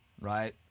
right